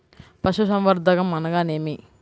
పశుసంవర్ధకం అనగానేమి?